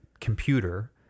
computer